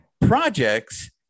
projects